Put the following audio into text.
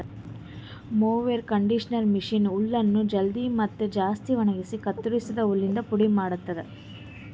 mower conditioner machine ಹುಲ್ಲನ್ನು ಜಲ್ದಿ ಮತ್ತ ಜಾಸ್ತಿ ಒಣಗುಸಿ ಕತ್ತುರಸಿದ ಹುಲ್ಲಿಂದ ಪುಡಿ ಮಾಡ್ತುದ